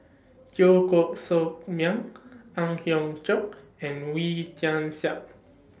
Teo Koh Sock Miang Ang Hiong Chiok and Wee Tian Siak